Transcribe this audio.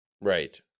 Right